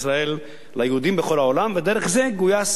מדינת ישראל נעזרה ביהדות העולם כדי לגייס